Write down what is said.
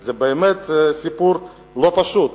זה באמת סיפור לא פשוט.